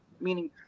meaning